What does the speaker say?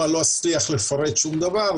אני לא אצליח לפרט שום דבר,